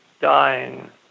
dying